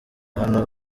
hano